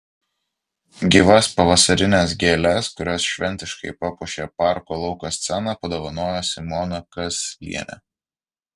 gyvas pavasarines gėles kurios šventiškai papuošė parko lauko sceną padovanojo simona kazlienė